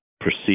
proceed